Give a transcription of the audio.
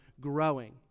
growing